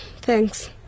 thanks